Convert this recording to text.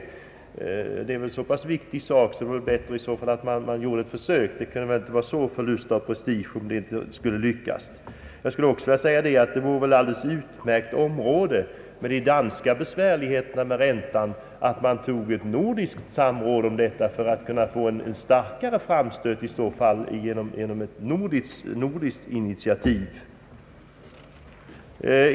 Saken är så viktig att den vore värd ett försök. Det skulle väl inte innebära någon prestigeförlust att inte lyckas. Med tanke på danskarnas besvärligheter med räntan vore det för övrigt alldeles utmärkt att ta ett nordiskt samråd för att få till stånd en starkare framstöt genom ett nordiskt initiativ.